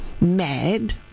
mad